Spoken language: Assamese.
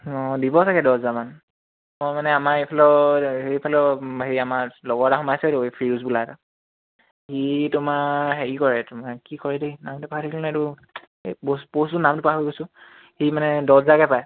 অঁ দিব চাগে দছ হাজাৰমান মই মানে আমাৰ এইফালৰ সেইফালৰ হেৰি আমাৰ লগৰ এটা সোমাইছেতো এই ফিৰুজ বোলা এটা সি তোমাৰ হেৰি কৰে তোমাৰ কি কৰে দেই নামটো পাহৰি থাকিলো নহয় এইটো পষ্ট পষ্টটো নামটো পাহৰি গৈছোঁ সি মানে দছহাজাৰকৈ পায়